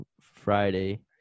Friday